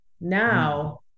Now